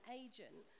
agent